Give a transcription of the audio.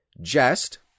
Jest